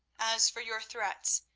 as for your threats,